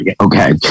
Okay